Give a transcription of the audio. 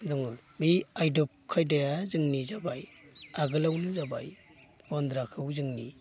दङो बे आदब खायदाया जोंनि जाबाय आगोलावनो जाबाय गनद्राखौ जोंनि